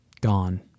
gone